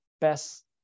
best